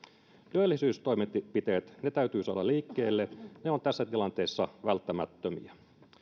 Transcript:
työllisyystoimenpiteet täytyy saada liikkeelle ne ovat tässä tilanteessa välttämättömiä